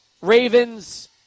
Ravens